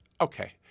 Okay